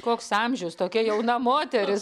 koks amžius tokia jauna moteris